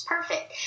Perfect